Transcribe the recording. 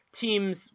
teams